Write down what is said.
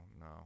no